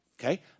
Okay